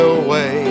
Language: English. away